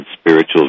spiritual